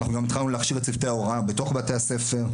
אנחנו גם התחלנו להכשיר את צוותי ההוראה בתוך בתי הספר,